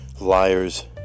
liars